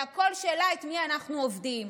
זה הכול שאלה את מי אנחנו עובדים.